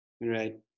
right